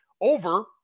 over